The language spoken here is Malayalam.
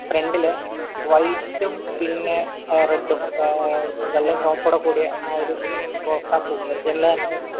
ഫ്രണ്ടില് വൈറ്റും പിന്നെ റെഡും വെള്ളയും ചുമപ്പുകൂടെ കൂടിയ ആ ഒരു റോസാപ്പൂ ഒറിജിനൽ തന്നെ വെക്കാം